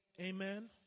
amen